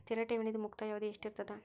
ಸ್ಥಿರ ಠೇವಣಿದು ಮುಕ್ತಾಯ ಅವಧಿ ಎಷ್ಟಿರತದ?